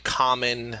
common